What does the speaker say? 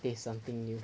face something new